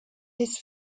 his